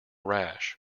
rash